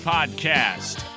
Podcast